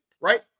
right